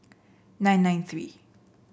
nine nine three